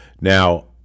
Now